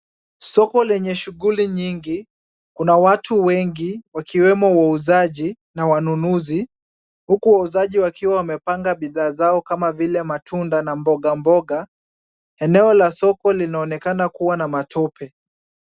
Soko lenye shughuli nyingi, kuna watu wengi wakiwemo wauzaji na wanunuzi huku wauzaji wakiwa wamepanga bidhaa zao kama vile; matunda na mbogamboga. Eneo la soko linaonekana kuwa na matope.